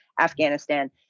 Afghanistan